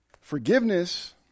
Forgiveness